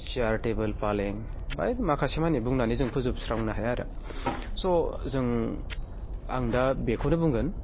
सियार table पालें ओमफ्राय माखासेमानि बुंनानै जों फोजोबस्रांनो हाया आरो स' जों आं दा बेखौनो बुंगोन